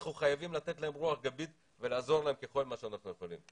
אנחנו חייבים לתת לה רוח גבית ולעזור לה בכל מה שאנחנו יכולים.